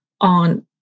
on